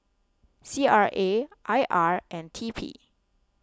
C R A I R and T P